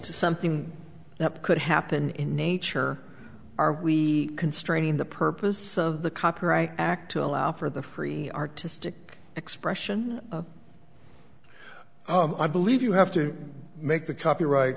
to something that could happen in nature are we constraining the purpose of the copyright act to allow for the free artistic expression i believe you have to make the copyright